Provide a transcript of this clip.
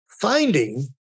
finding